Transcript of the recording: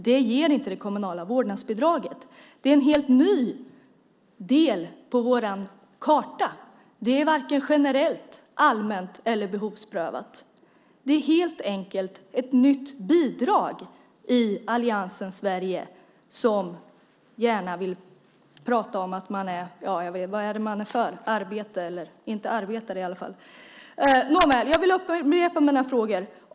Det ger inte det kommunala vårdnadsbidraget. Det är en helt ny del på vår karta. Det är varken generellt, allmänt eller behovsprövat. Det är helt enkelt ett nytt bidrag i alliansens Sverige. Man vill gärna prata om att man är för arbete, men i alla fall inte för arbetare. Jag vill upprepa mina frågor.